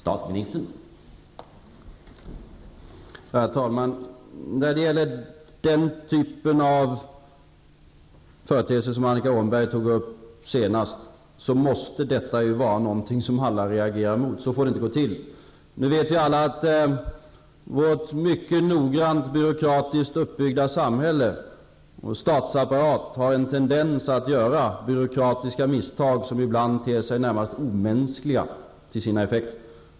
Herr talman! När det gäller den typ av företeelser som Annika Åhnberg senast tog upp måste detta vara någonting som alla reagerar emot. Så får det inte gå till. Nu vet vi alla att vårt mycket noggrant byråkratiskt uppbyggda samhälle, statsapparat, har en tendens att få till konsekvens att byråkratiska misstag ibland görs som ter sig närmast omänskliga till sina effekter.